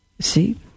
See